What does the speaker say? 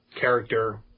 character